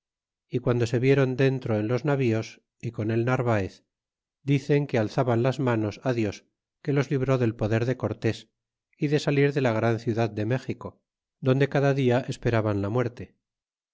y guando se vieron dentro en los navíos y con el narvaez dicen que alzaban las manos dios que los libró del poder de cortés y de salir de la gran ciudad de méxico donde cada dia esperaban la muerte